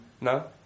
no